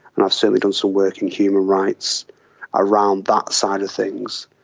and i've certainly done some work in human rights around that side of things.